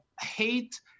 hate